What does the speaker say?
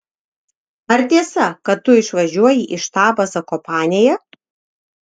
ar tiesa kad tu išvažiuoji į štabą zakopanėje